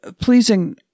pleasing